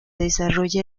desarrolla